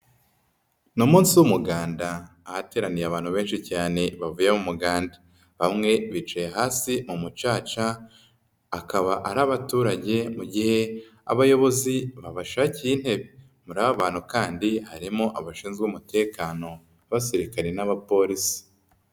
Ni umunsi w'umuganda ahateraniye abantu benshi cyane bavuye mu muganda. Bamwe bicaye hasi umucaca akaba ari abaturage mu gihe abayobozi babashakiye intebe. Muri bantu kandi harimo abashinzwe umutekano b'abasirikare n'abaporisi.